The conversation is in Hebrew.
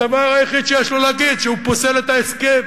הדבר היחיד שיש לו להגיד, שהוא פוסל את ההסכם.